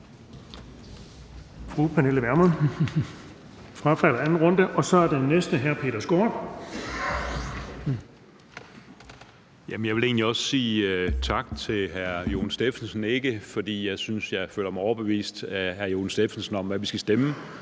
Jeg vil egentlig også sige tak til hr. Jon Stephensen, ikke fordi jeg synes, jeg føler mig overbevist af hr. Jon Stephensen om, hvad vi skal stemme